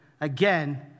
again